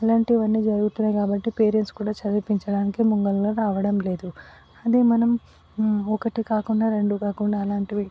అలాంటివన్నీ జరుగుతున్నాయి కాబట్టి పేరెంట్స్ కూడా చదివించడానికి ముంగల్న రావడం లేదు అదే మనం ఒకటి కాకుండా రెండు కాకుండా అలాంటివి